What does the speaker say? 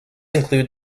include